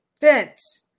fence